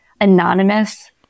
anonymous